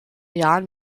jahren